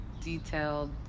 detailed